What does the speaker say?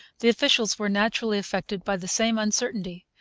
the officials were naturally affected by the same uncertainty,